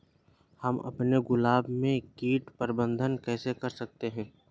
हम अपने गुलाब में कीट प्रबंधन कैसे कर सकते है?